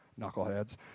knuckleheads